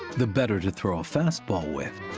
the better to throw a fastball with.